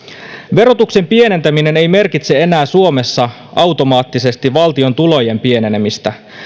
verotuksen pienentäminen ei merkitse enää suomessa automaattisesti valtion tulojen pienenemistä